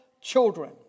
children